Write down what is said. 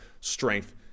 strength